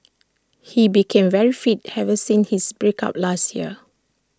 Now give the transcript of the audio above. he became very fit ever since his break up last year